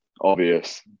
obvious